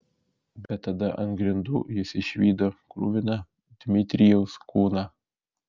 bet tada ant grindų jis išvydo kruviną dmitrijaus kūną